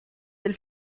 dei